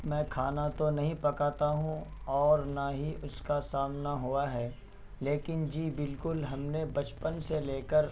میں کھانا تو نہیں پکاتا ہوں اور نہ ہی اس کا سامنا ہوا ہے لیکن جی بالکل ہم نے بچپن سے لے کر